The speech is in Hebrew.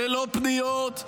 ללא פניות,